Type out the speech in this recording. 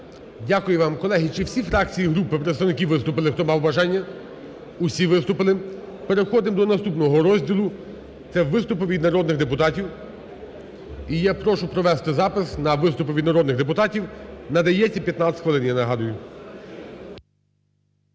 Дякую вам. Колеги, чи всі фракції і групи, представники виступили, хто мав бажання? Усі виступили. Переходимо до наступного розділу – це виступи від народних депутатів. І я прошу провести запис на виступи від народних депутатів. Надається 15 хвилин, я нагадую.